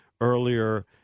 earlier